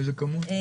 באיזו כמות?